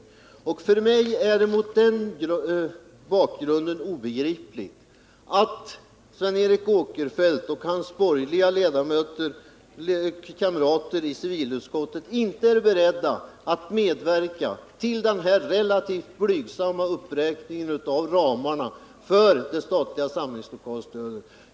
Mot den bakgrunden är det för mig obegripligt att Sven Eric Åkerfeldt och hans borgerliga kamrater i civilutskottet inte är beredda att medverka till denna relativt blygsamma uppräkning av ramarna för det statliga samlingslokalsstödet.